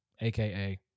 AKA